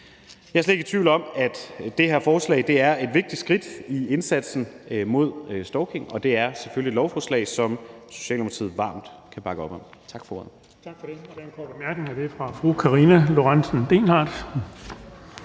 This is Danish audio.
Jeg er slet ikke i tvivl om, at det her forslag er et vigtigt skridt i indsatsen mod stalking, og det er selvfølgelig et lovforslag, som Socialdemokratiet varmt kan bakke op om. Tak for ordet.